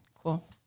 Cool